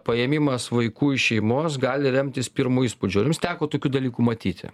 paėmimas vaikų iš šeimos gali remtis pirmu įspūdžiu ar jums teko tokių dalykų matyti